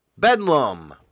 Bedlam